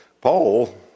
Paul